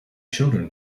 children